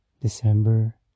December